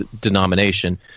denomination